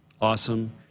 awesome